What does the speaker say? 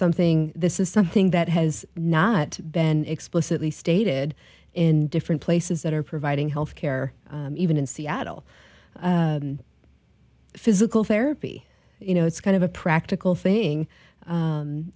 something this is something that has not been explicitly stated in different places that are providing health care even in seattle physical therapy you know it's kind of a practical thing